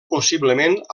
possiblement